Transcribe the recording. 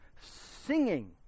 singing